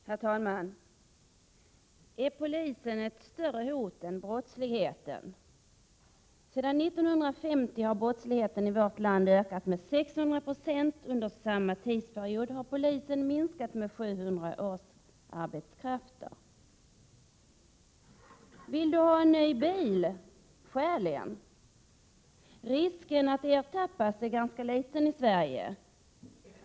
Herr talman! Är polisen ett större hot än brottsligheten? Sedan 1950 har brottsligheten i vårt land ökat med 600 96. Under samma tidsperiod har poliskåren minskat med 700 årsarbetskrafter. Vill du ha en ny bil, stjäl en. Risken att ertappas är ganska liten i Sverige.